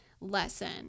lesson